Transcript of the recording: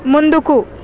ముందుకు